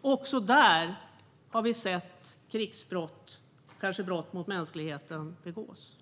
Också där har vi sett krigsbrott och kanske brott mot mänskligheten begås.